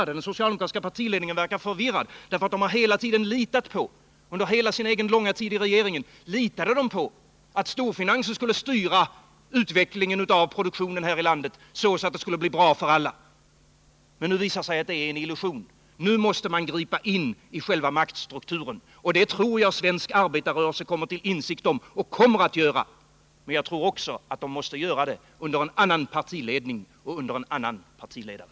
Den socialdemokratiska partiledningen verkar förvirrad, därför att man hela tiden under sin långa tid i regeringsställning litade på att storfinansen skulle styra utvecklingen av produktionen här i landet så att det skulle bli bra för alla. Men nu visar det sig att det är en illusion. Nu måste man gripa in i själva maktstrukturen, och det tror jag att svensk arbetarrörelse kommer till insikt om och kommer att göra. Men jag tror att den måste göra det under en annan partiledning och under en annan partiledare.